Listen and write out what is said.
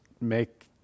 make